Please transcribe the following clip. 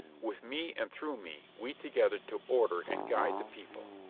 with me and through me, we together to order and guide the people.